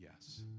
yes